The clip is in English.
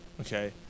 Okay